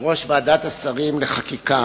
בראש ועדת השרים לחקיקה,